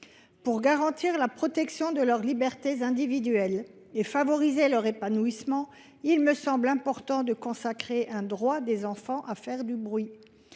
Pour garantir leur liberté individuelle et favoriser leur épanouissement, il me semble important de consacrer un droit des enfants à faire du bruit.